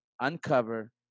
uncover